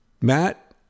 Matt